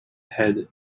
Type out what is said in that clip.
head